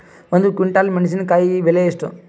ಒಂದು ಕ್ವಿಂಟಾಲ್ ಮೆಣಸಿನಕಾಯಿ ಬೆಲೆ ಎಷ್ಟು?